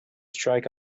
strike